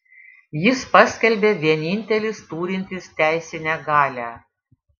jis paskelbė vienintelis turintis teisinę galią